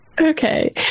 Okay